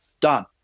Done